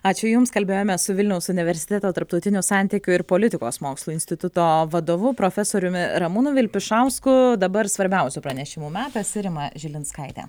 ačiū jums kalbėjome su vilniaus universiteto tarptautinių santykių ir politikos mokslų instituto vadovu profesoriumi ramūnu vilpišausku dabar svarbiausių pranešimų metas rima žilinskaitė